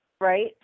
right